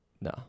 No